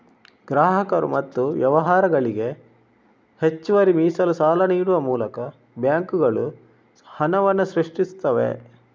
ಗ್ರಾಹಕರು ಮತ್ತು ವ್ಯವಹಾರಗಳಿಗೆ ಹೆಚ್ಚುವರಿ ಮೀಸಲು ಸಾಲ ನೀಡುವ ಮೂಲಕ ಬ್ಯಾಂಕುಗಳು ಹಣವನ್ನ ಸೃಷ್ಟಿಸ್ತವೆ